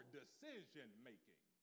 decision-making